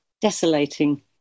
Desolating